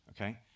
okay